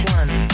one